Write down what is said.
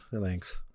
Thanks